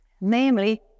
namely